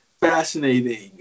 fascinating